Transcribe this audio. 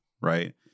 right